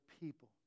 people